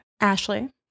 Ashley